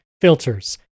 filters